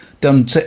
done